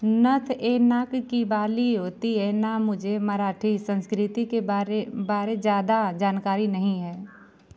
नथ यह नाक की बाली होती है ना मुझे मराठी संस्कृति के बारे ज़्यादा जानकारी नहीं है